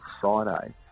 Friday